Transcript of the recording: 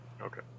Okay